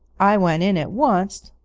i went in at once,